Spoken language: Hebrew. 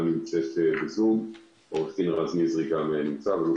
אני אתן את תמונת המצב שבה